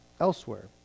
elsewhere